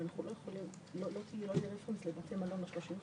אנחנו לא יכולים לא תהיה --- לבתי מלון ה-35%.